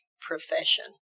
profession